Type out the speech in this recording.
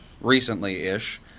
recently-ish